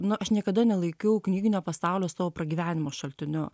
nu aš niekada nelaikiau knyginio pasaulio savo pragyvenimo šaltiniu